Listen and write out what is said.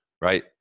right